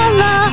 la